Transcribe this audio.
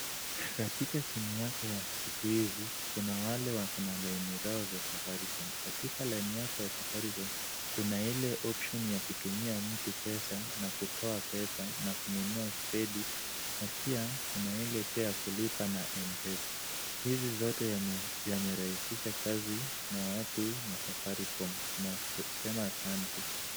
Katika simu yako ya siku hizi kuna wale wako na laini zao za safaricom. Katika laini yako ya safaricom kuna ile option ya kutumia mtu pesa na kutoa pesa na kununua credit na pia kuna ile pia ya kulipa na mpesa. Hizi zote yamerahisisha kazi na watu na safaricom tunasema asante.